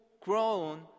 grown